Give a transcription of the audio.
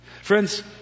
Friends